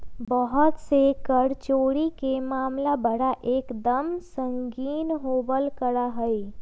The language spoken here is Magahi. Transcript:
बहुत से कर चोरी के मामला बड़ा एक दम संगीन होवल करा हई